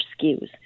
SKUs